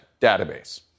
database